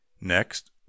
Next